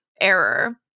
error